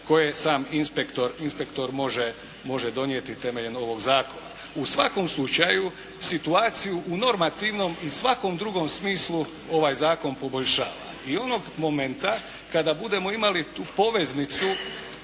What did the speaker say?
koje sam inspektor može donijeti temeljem ovog zakona. U svakom slučaju situaciju u normativnom i svakom drugom smislu ovaj Zakon poboljšava. I onog momenta kada budemo imali tu poveznicu,